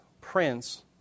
prince